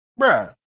bruh